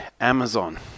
Amazon